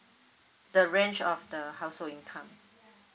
the range of the household income